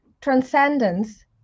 transcendence